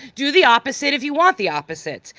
do the opposite if you want the opposite.